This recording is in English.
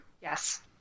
Yes